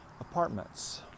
Apartments